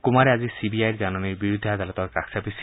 কুমাৰে আজি C B আইৰ জাননীৰ বিৰুদ্ধে আদালতৰ কাষ চাপিছিল